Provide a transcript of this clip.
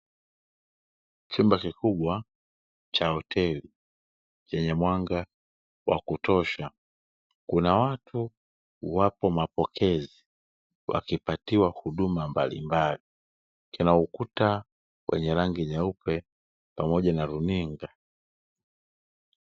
Chumba kikubwa cha hoteli chenye mwanga wa kutosha, kuna watu wapo mapokezi wakipatiwa huduma mbalimbali, kina ukuta wenye rangi nyeupe pamoja na runinga.